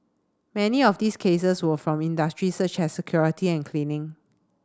many of these cases were from industries such as security and cleaning